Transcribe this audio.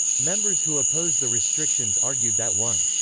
members who opposed the restrictions argued that one.